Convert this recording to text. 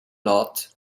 lot